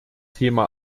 thema